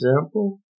example